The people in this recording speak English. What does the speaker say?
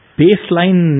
baseline